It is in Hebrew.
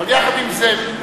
אבל יחד עם זה,